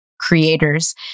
creators